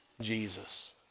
Jesus